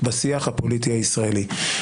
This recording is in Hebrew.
בשיח הפוליטי הישראלי.